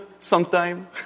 Sometime